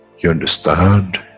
you understand,